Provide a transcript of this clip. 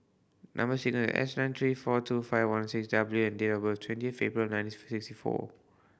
number sequence S nine three four two five one six W and date of birth twenty April nineteen sixty four